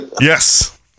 Yes